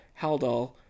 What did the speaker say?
Haldol